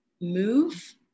move